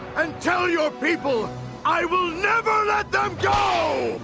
um tell your people i will never let them go.